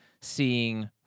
seeing